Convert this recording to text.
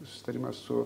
susitarimą su